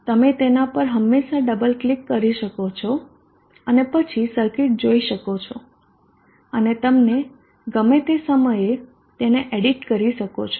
તમે તેના પર હંમેશાં ડબલ ક્લિક કરી શકો છો અને પછી સર્કિટ જોઈ શકો છો અને તમને ગમે તે સમયે તેને એડિટ કરી શકો છો